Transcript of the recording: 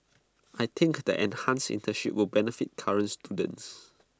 I think the enhanced internships will benefit current students